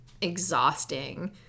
exhausting